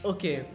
Okay